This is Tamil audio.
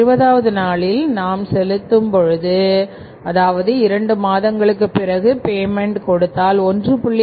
இருபதாவது நாளில் நாம் செலுத்தும் பொழுது அதாவது இரண்டு மாதங்களுக்குப் பிறகு பேமென்ட் கொடுத்தால் 1